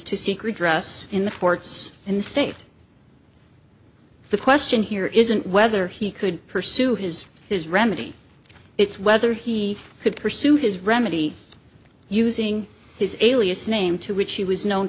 to seek redress in the courts and the state the question here isn't whether he could pursue his his remedy it's whether he could pursue his remedy using his alias name to which he was known